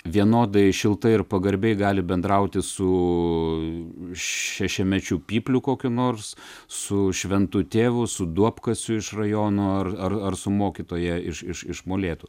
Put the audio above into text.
vienodai šiltai ir pagarbiai gali bendrauti su šešiamečiu pypliu kokiu nors su šventu tėvu su duobkasiu iš rajono ar ar ar su mokytoja iš iš iš molėtų